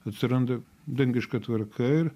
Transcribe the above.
atsiranda dangiška tvarka ir